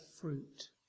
fruit